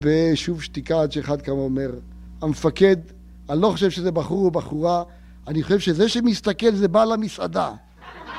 ושוב שתיקה עד שאחד קם ואומר המפקד, אני לא חושב שזה בחור או בחורה אני חושב שזה שמסתכל זה בעל המסעדה